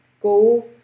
go